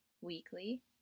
weekly